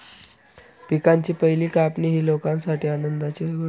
पिकांची पहिली कापणी ही लोकांसाठी आनंदाची गोष्ट आहे